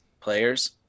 players